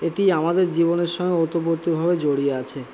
এটি আমাদের জীবনের সঙ্গে ওতপ্রোতভাবে জড়িয়ে আছে